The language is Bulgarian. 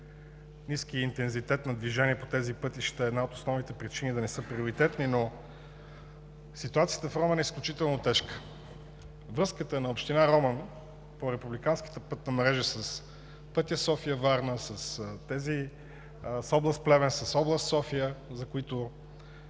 ниският интензитет на движението по тези пътища е една от основните причини да не са приоритетни, но ситуацията в Роман е изключително тежка. Връзката на община Роман по републиканската пътна мрежа с пътя София – Варна, с област Плевен, с област София, за които